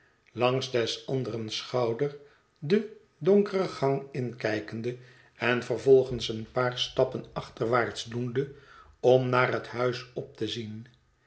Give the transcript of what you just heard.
langs des anderen schouder den donkeren gang inkijkende en vervolgens een paar stappen achterwaarts doende om naar het huis op te zien